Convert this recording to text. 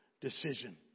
decision